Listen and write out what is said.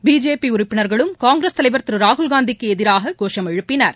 BJP உறுப்பினர்களும் Congress தலைவர் திரு ராகுல்காந்திக்கு எதிராக கோஷம் எழுப்பினர்